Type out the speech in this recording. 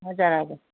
हजुर हजुर